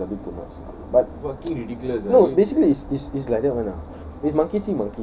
ya that one is a bit too much but no basically it's it's it's like that [one] ah